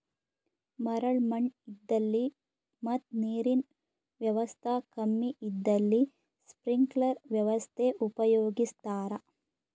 ಮರಳ್ ಮಣ್ಣ್ ಇದ್ದಲ್ಲಿ ಮತ್ ನೀರಿನ್ ವ್ಯವಸ್ತಾ ಕಮ್ಮಿ ಇದ್ದಲ್ಲಿ ಸ್ಪ್ರಿಂಕ್ಲರ್ ವ್ಯವಸ್ಥೆ ಉಪಯೋಗಿಸ್ತಾರಾ